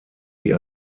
die